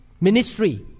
ministry